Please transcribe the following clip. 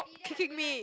kicking me